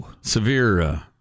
Severe